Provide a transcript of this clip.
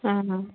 অঁ